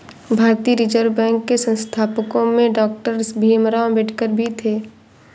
भारतीय reserve bank के संस्थापकों में डॉक्टर भीमराव अंबेडकर भी थे